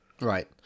Right